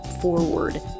forward